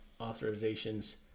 authorizations